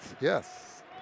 Yes